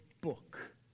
book